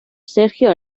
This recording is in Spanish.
sergio